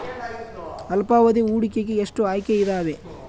ಅಲ್ಪಾವಧಿ ಹೂಡಿಕೆಗೆ ಎಷ್ಟು ಆಯ್ಕೆ ಇದಾವೇ?